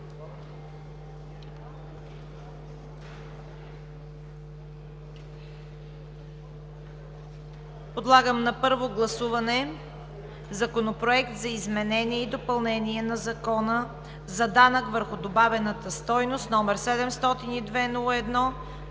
Подлагам на първо гласуване на Законопроект за изменение и допълнение на Закона за данъка върху добавената стойност, № 702-01-41,